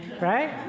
right